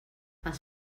els